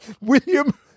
William